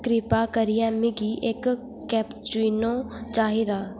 करिपा करियै मिगी इक कैपचीनो चाहिदी